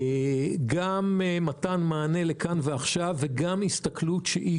גם מתן מענה לכאן ועכשיו גם הסתכלות שהיא